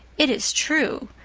it is troo.